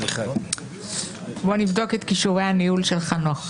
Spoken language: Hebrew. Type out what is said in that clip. לסיכום, אני רוצה לחזור לאירועי אתמול.